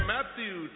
Matthew